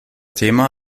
thema